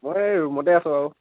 মই এই ৰুমতে আছোঁ আৰু